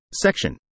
Section